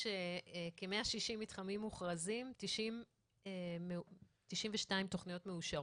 יש כ-160 מתחמים מוכרזים ו-92 תכניות מאושרות.